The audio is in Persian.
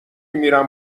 میرم